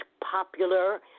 popular